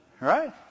Right